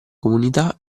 comunità